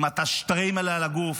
אם אתה עם שטריימל על הגוף,